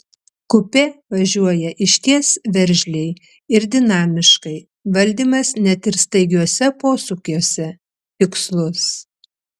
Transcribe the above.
kupė važiuoja išties veržliai ir dinamiškai valdymas net ir staigiuose posūkiuose tikslus